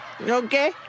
okay